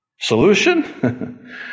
Solution